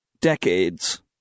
decades